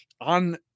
on